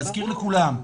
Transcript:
להזכיר לכולם.